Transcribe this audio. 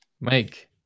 Mike